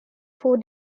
four